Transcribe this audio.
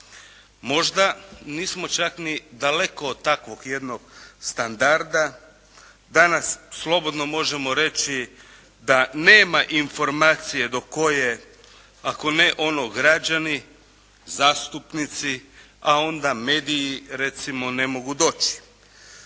Možda nismo čak ni daleko od takvog jednog standarda. Danas slobodno možemo reći da nema informacije do koje, ako ne ono građani zastupnici, a onda mediji recimo ne mogu doći.